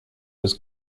was